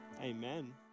Amen